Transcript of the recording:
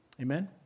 Amen